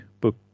book